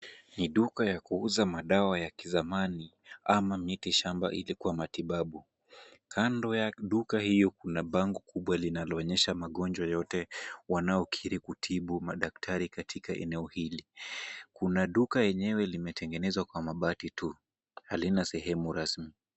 Ni duka ya kuuza madawa ya kizamani ama miti shamba ili kwa matibabu. Kando ya duka hiyo kuna bango kubwa, linaloonyesha magonjwa yote wanaokiri kutibu madaktari katika eneo hili. Kuna duka yenyewe limetengenezwa kwa mabati tu, halina sehemu rasmi.